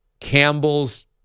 Campbell's